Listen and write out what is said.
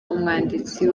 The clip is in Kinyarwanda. umwanditsi